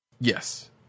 Yes